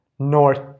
north